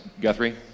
Guthrie